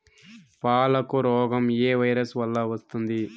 పాలకు రోగం ఏ వైరస్ వల్ల వస్తుంది?